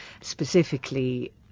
specifically